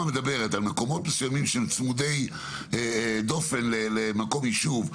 מדברת על מקומות מסוימים שהם צמודי דופן למקום יישוב,